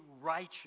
righteous